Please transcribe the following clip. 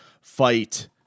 fight